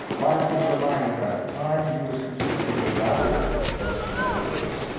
mark was reminded that the time he was consuming was valuable, but to no purpose.